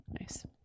Nice